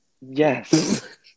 yes